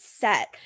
set